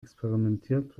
experimentiert